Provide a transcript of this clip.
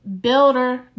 builder